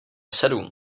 sedm